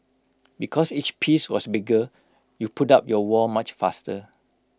because each piece was bigger you put up your wall much faster